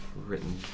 written